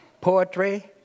poetry